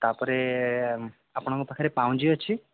ତା'ପରେ ଆପଣଙ୍କ ପାଖରେ ପାଉଁଜି ଅଛି